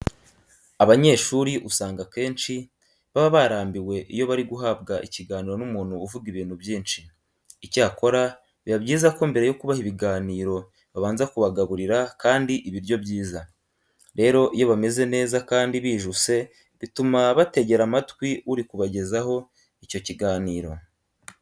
Abanyeshuri usanga akenshi baba barambiwe iyo bari guhabwa ikiganiro n'umuntu uvuga ibintu byinshi. Icyakora biba byiza ko mbere yo kubaha ibiganiro babanza kubagaburira kandi ibiryo byiza. Rero iyo bameze neza kandi bijuse bituma bategera amatwi uri kubagezaho icyo kiganiro.